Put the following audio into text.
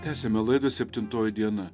tęsiame laidą septintoji diena